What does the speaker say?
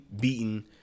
beaten